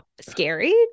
scary